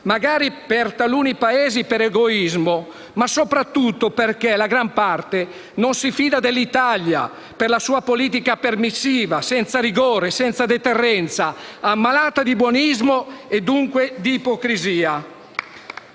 magari da taluni Paesi per egoismo, ma soprattutto perché la gran parte non si fida dell'Italia per la sua politica permissiva, senza rigore, senza deterrenza, ammalata di buonismo e dunque di ipocrisia.